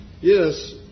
Yes